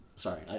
Sorry